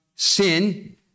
Sin